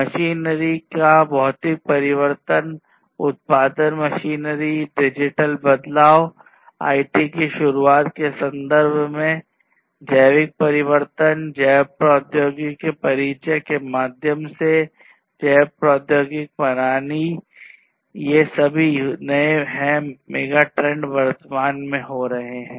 machinery का भौतिक परिवर्तन उत्पादन मशीनरी डिजिटल बदलाव आईटी की शुरुआत के संदर्भ में जैविक परिवर्तन जैव प्रौद्योगिकी के परिचय के माध्यम से जैव प्रौद्योगिकी प्रणाली ये सभी नए हैं मेगाट्रेंड वर्तमान में हो रहे हैं